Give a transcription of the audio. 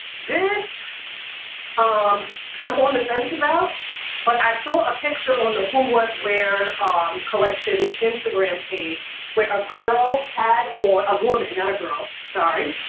this um i'm on the fence about but i saw a picture on the who what where collection instagram page where a girl had on a woman not a girl sorry,